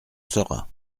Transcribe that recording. sera